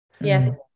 Yes